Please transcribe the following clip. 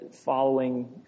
following